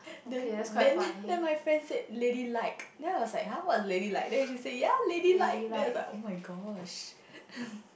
then then then my friend said ladylike then I was like [huh] what's ladylike then she said ya ladylike then I was like oh-my-gosh